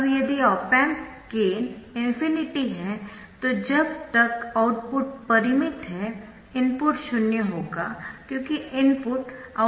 अब यदि op amp gain ∞ है तो जब तक आउटपुट परिमित है इनपुट शून्य होगा क्योंकि इनपुट आउटपुट ∞ है